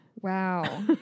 Wow